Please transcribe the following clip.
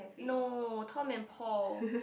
no Tom and Paul